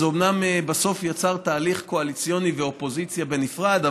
זה אומנם בסוף יצר תהליך קואליציוני ואופוזיציה בנפרד,